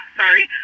sorry